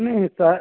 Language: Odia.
ନାଇ ସାର୍